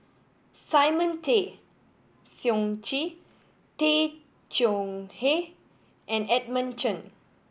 Simon Tay Seong Chee Tay Chong Hai and Edmund Chen